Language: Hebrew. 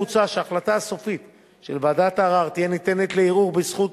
מוצע שהחלטה סופית של ועדת ערר תהיה ניתנת לערעור בזכות